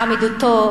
בעמידותו,